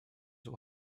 will